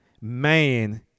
man